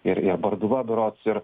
ir ir barduva berods ir